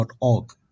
org